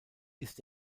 ist